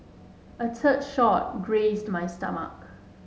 a third shot grazed my stomach